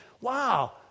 wow